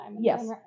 Yes